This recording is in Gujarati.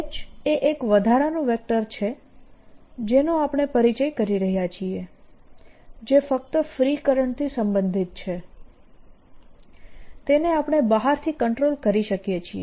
H એ એક વધારાનું વેક્ટર છે જેનો આપણે પરિચય કરી રહ્યા છીએ જે ફક્ત ફ્રી કરંટથી સંબંધિત છે જેને આપણે બહારથી કંટ્રોલ કરી શકીએ છીએ